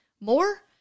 more